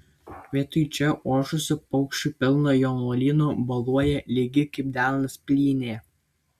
vietoj čia ošusio paukščių pilno jaunuolyno boluoja lygi kaip delnas plynė